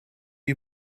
you